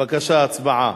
בבקשה, הצבעה.